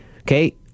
Okay